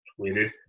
tweeted